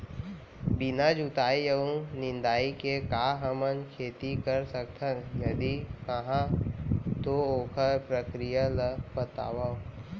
बिना जुताई अऊ निंदाई के का हमन खेती कर सकथन, यदि कहाँ तो ओखर प्रक्रिया ला बतावव?